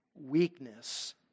Weakness